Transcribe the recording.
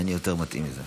אין יותר מתאים מזה.